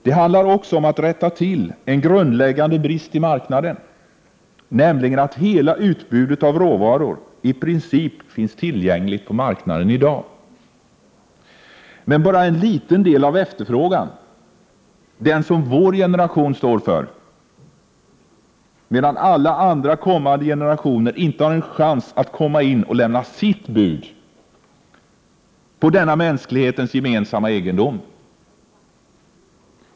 Det handlar också om att rätta till en grundläggande brist på marknaden, nämligen att hela utbudet av råvaror i princip finns tillgängligt på marknaden i dag, men bara en liten del av efterfrågan, dvs. den som vår generation står för, medan alla kommande generationer inte har en chans att komma in och lämna sitt bud på denna mänsklighetens gemensamma egendom.